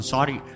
Sorry